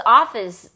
office